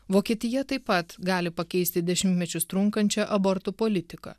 vokietija taip pat gali pakeisti dešimtmečius trunkančią abortų politiką